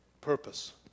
purpose